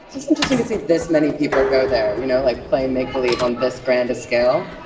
it's interesting to see this many people go there, you know like play make believe on this grand scale.